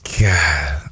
God